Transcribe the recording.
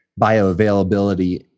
bioavailability